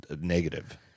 negative